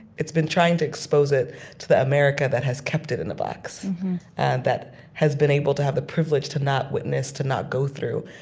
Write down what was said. it's been trying to expose it to the america that has kept it in the box and that has been able to have the privilege to not witness, to not go through.